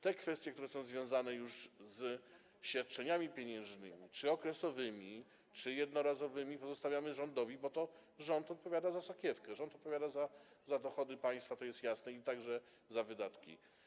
Te kwestie zaś, które są związane już ze świadczeniami pieniężnymi, czy okresowymi, czy jednorazowymi, pozostawiamy rządowi, bo to rząd odpowiada za sakiewkę, rząd odpowiada za dochody państwa - to jest jasne - także za wydatki.